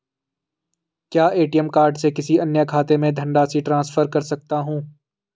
क्या ATM card से किसी अन्य खाते में धनराशि ट्रांसफर कर सकता हूँ?